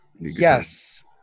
yes